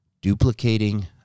Duplicating